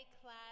class